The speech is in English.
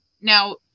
Now